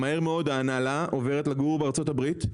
מהר מאוד ההנהלה עוברת לגור בארצות הברית.